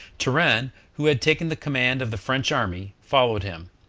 turenne, who had taken the command of the french army, followed him,